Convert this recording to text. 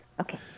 Okay